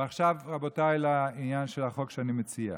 ועכשיו, רבותיי, לעניין של החוק שאני מציע.